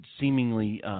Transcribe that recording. seemingly